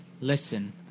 listen